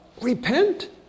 Repent